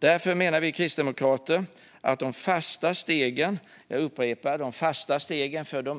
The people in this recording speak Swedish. Därför menar vi kristdemokrater att de fasta stegen - de